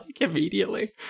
immediately